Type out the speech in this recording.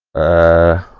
a